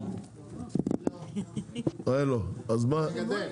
אני מגדל.